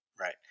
Right